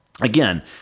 again